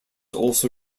also